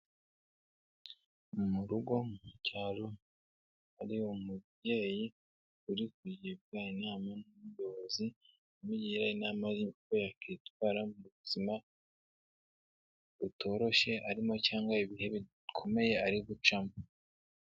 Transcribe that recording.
Mu rugo, mu cyaro hari umubyeyi uri kugirwa inama n'ubuyobozi, amugira inama y'uko yakwitwara mu buzima butoroshye arimo cyangwa ibihe bikomeye ari gucamo.